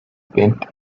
paint